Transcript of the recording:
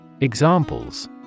Examples